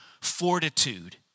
fortitude